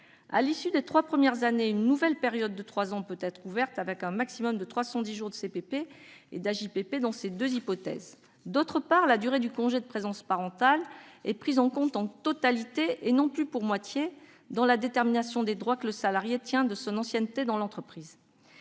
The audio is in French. À l'issue des trois premières années, une nouvelle période de trois ans peut être ouverte, le nombre de jours de CPP et d'AJPP pouvant atteindre un maximum de 310 dans ces deux hypothèses. Par ailleurs, la durée du congé de présence parentale est prise en compte en totalité, et non plus pour moitié, dans la détermination des droits que le salarié tient de son ancienneté dans l'entreprise.